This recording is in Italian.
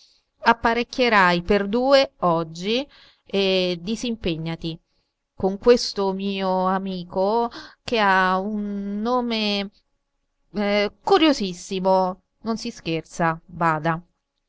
compagnia apparecchierai per due oggi e disimpégnati con questo mio amico che ha un nome curiosissimo non si scherza bada